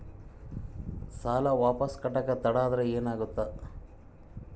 ಸಾಲ ವಾಪಸ್ ಕಟ್ಟಕ ತಡ ಆದ್ರ ಏನಾಗುತ್ತ?